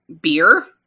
beer